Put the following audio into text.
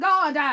God